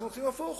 אנחנו עושים הפוך.